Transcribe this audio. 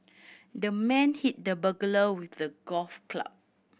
the man hit the burglar with a golf club